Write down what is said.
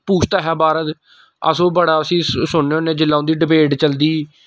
पूछता है भारत अस ओह् बड़ा उस्सी सुनने होन्ने जिसलै उं'दी डिबेट चलदी